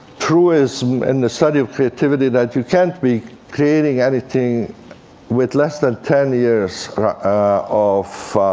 truism in the study of creativity that you can't be creating anything with less than ten years of